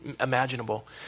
imaginable